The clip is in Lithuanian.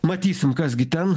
matysim kas gi ten